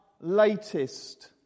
latest